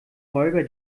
räuber